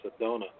Sedona